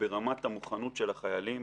וברמת המוכנות של החיילים